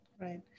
Right